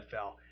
NFL